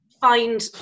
find